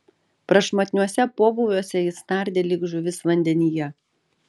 prašmatniuose pobūviuose jis nardė lyg žuvis vandenyje